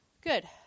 Good